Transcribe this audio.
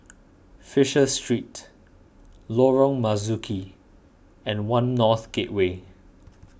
Fisher Street Lorong Marzuki and one North Gateway